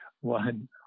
one